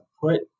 put